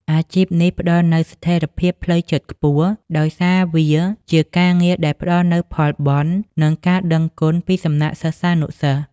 អាជីពនេះផ្តល់នូវស្ថិរភាពផ្លូវចិត្តខ្ពស់ ដោយសារវាជាការងារដែលផ្តល់ផលបុណ្យ និងការដឹងគុណពីសំណាក់សិស្សានុសិស្ស។